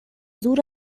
زور